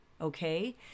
okay